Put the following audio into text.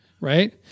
Right